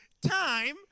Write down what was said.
time